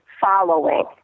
following